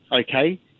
okay